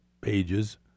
pages